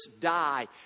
die